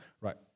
Right